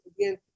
again